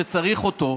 שצריך אותו,